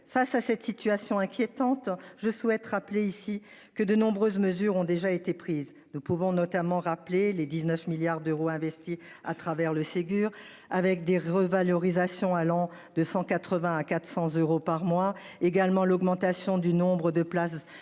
face à cette situation inquiétante, je souhaite rappeler ici que de nombreuses mesures ont déjà été prises ne pouvons notamment rappelé les 19 milliards d'euros investis à travers le Ségur avec des revalorisations allant de 180 à 400 euros par mois également l'augmentation du nombre de places ouvertes